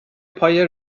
پای